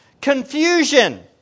confusion